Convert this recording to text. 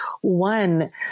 one